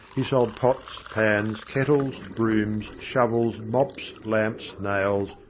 he sold pots, pans, kettles, brooms, shovels, mops, lamps, nails,